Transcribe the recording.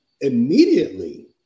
immediately